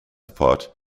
apart